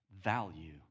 value